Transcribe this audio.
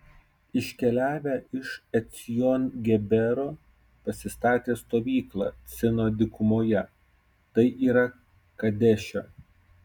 iškeliavę iš ecjon gebero pasistatė stovyklą cino dykumoje tai yra kadeše